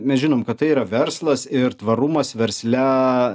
mes žinom kad tai yra verslas ir tvarumas versle